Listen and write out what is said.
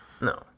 no